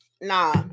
Nah